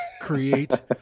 create